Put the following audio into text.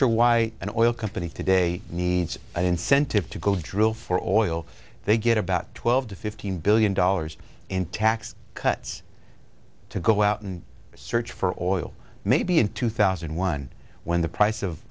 sure why an oil company today needs an incentive to go drill for oil they get about twelve to fifteen billion dollars in tax cuts to go out and search for oil maybe in two thousand and one when the price of